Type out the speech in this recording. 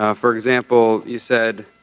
ah for example you said